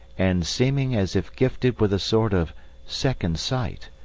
and seeming as if gifted with a sort of second sight,